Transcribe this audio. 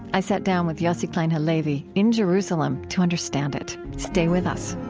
i sat down with yossi klein halevi in jerusalem to understand it. stay with us